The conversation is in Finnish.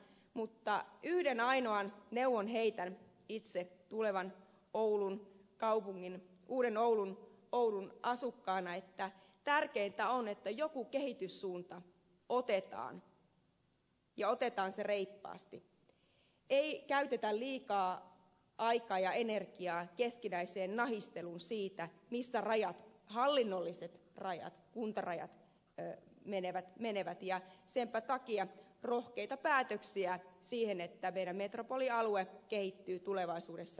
mutta yhden ainoan neuvon heitän itse tulevan oulun kaupungin uuden oulun asukkaana että tärkeintä on että joku kehityssuunta otetaan ja otetaan se reippaasti ei käytetä liikaa aikaa ja energiaa keskinäiseen nahisteluun siitä missä hallinnolliset kuntarajat menevät ja senpä takia rohkeita päätöksiä siihen että meidän metropolialue kehittyy tulevaisuudessa oikeaan suuntaan